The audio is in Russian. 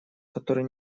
который